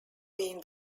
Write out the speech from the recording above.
been